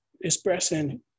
expressing